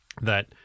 that-